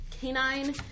canine